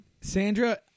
Sandra